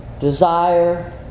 Desire